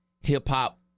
hip-hop